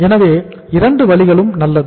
எனவே இரண்டு வழிகளும் நல்லது